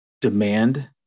Demand